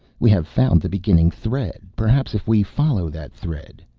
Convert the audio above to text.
we have found the beginning thread. perhaps, if we follow that thread.